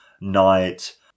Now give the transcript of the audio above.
night